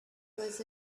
was